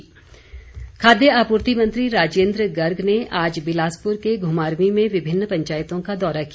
राजेन्द्र गर्ग खाद्य आपूर्ति मंत्री राजेन्द्र गर्ग ने आज बिलासपुर के घुमारवीं में विभिन्न पंचायतों का दौरा किया